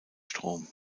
strom